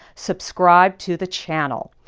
subscribe to the channel.